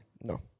No